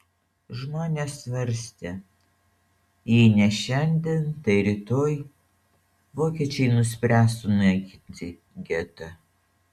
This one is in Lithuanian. žmonės svarstė jei ne šiandien tai rytoj vokiečiai nuspręs sunaikinti getą